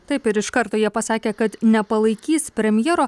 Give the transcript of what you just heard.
taip ir iš karto jie pasakė kad nepalaikys premjero